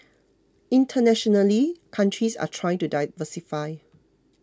internationally countries are trying to diversify